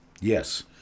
Yes